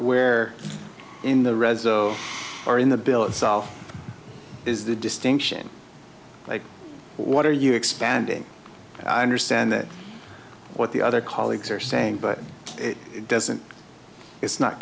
where in the reza or in the bill itself is the distinction like what are you expanding i understand what the other colleagues are saying but it doesn't it's not